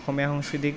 অসমীয়া সংস্কৃতিক